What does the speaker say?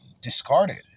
discarded